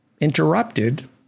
interrupted